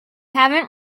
haven’t